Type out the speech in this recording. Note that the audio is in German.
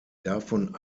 davon